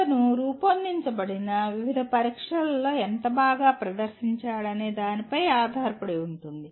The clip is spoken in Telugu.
అతను రూపొందించబడిన వివిధ పరీక్షలలో ఎంత బాగా ప్రదర్శించాడనే దానిపై ఆధారపడి ఉంటుంది